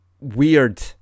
Weird